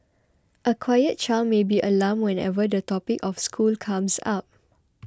a quiet child may be alarmed whenever the topic of school comes up